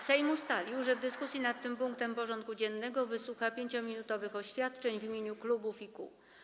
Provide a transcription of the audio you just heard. Sejm ustalił, że w dyskusji nad tym punktem porządku dziennego wysłucha 5-minutowych oświadczeń w imieniu klubów i kół.